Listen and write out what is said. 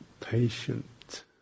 Patient